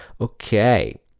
Okay